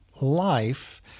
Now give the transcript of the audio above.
life